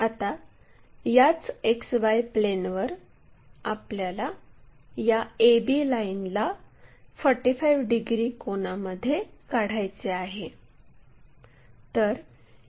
आता याच XY प्लेनवर आपल्याला या a b लाईनला 45 डिग्री कोनामध्ये काढायचे आहे